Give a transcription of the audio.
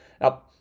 Now